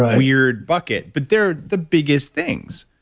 weird bucket, but they're the biggest things.